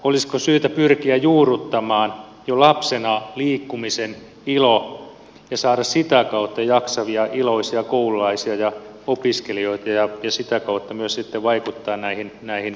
olisiko syytä pyrkiä juurruttamaan jo lapsena liikkumisen ilo ja saada sitä kautta jaksavia iloisia koululaisia ja opiskelijoita ja sitä kautta myös sitten vaikuttaa näihin sote menoihin